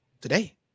today